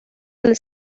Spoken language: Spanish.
del